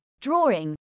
drawing